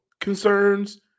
concerns